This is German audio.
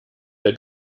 der